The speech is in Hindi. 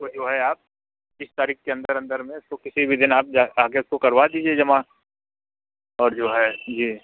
उसको जो है आप तीस तारीख़ के अंदर अंदर में उसको किसी भी दिन आप जा के उसको करवा दीजिए जमा और जो है जी